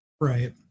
Right